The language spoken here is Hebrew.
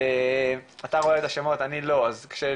אני תומר לי